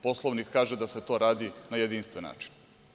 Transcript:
Poslovnik kaže da se to radi na jedinstven način.